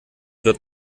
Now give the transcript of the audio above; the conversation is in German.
wird